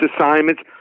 assignments